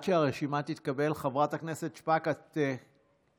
עד שהרשימה תתקבל, חברת הכנסת שפק, את הצבעת?